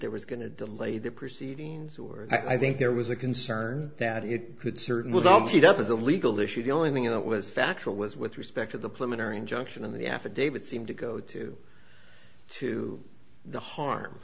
there was going to delay the proceedings or i think there was a concern that it could certainly dump it up as a legal issue the only thing it was factual was with respect to the plumbing or injunction in the affidavit seem to go to to the harm